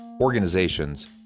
organizations